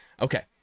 Okay